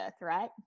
right